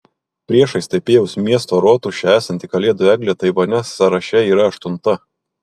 priešais taipėjaus miesto rotušę esanti kalėdų eglė taivane sąraše yra aštunta